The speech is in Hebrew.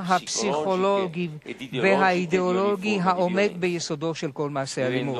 הפסיכולוגי והאידיאולוגי העומד ביסודו של כל מעשה אלימות.